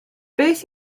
beth